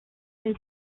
his